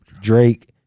Drake